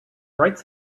writes